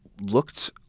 looked